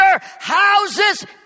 houses